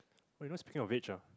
oh you know speaking of which ah